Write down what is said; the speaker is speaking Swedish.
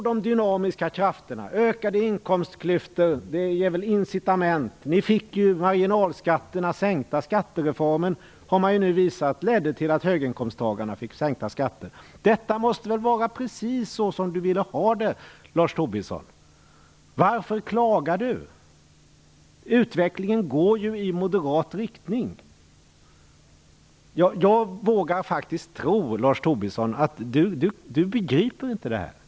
De dynamiska krafterna späs på. Ökade inkomstklyftor ger incitament. Marginalskatterna sänktes som moderaterna ville. Man har nu visat att skattereformen ledde till att höginkomsttagarna fick sänkta skatter. Detta måste väl vara precis som Lars Tobisson ville ha det. Varför klagar han? Utvecklingen går ju i moderat riktning. Jag vågar faktiskt tro att Lars Tobisson inte begriper det här.